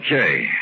Okay